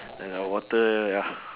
like the water ya